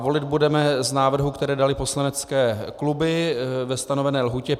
Volit budeme z návrhů, které daly poslanecké kluby ve stanovené lhůtě.